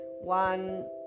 one